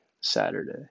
Saturday